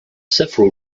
several